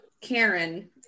Karen